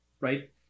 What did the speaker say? right